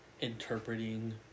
interpreting